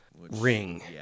ring